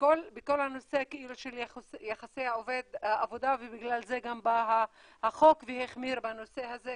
בכל הנושא של יחסי עובד בעבודה ובגלל זה גם בא החוק והחמיר בנושא הזה,